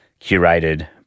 curated